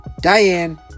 Diane